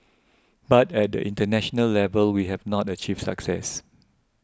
but at the international level we have not achieved success